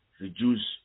reduce